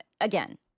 again